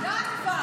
די, די כבר.